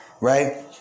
right